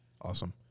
awesome